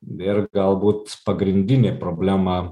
ir galbūt pagrindinė problema